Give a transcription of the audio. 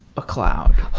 a cloud?